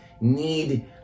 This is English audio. need